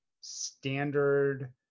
standard